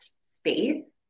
space